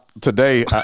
today